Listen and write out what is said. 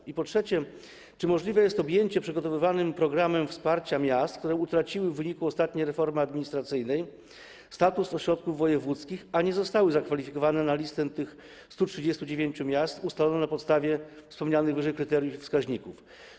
I po trzecie, czy możliwe jest objęcie przygotowywanym programem wsparcia miast, które utraciły w wyniku ostatniej reformy administracyjnej status ośrodków wojewódzkich, a nie zostały zakwalifikowane na listę tych 139 miast, ustaloną na podstawie wspomnianych wyżej kryteriów i wskaźników?